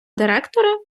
директора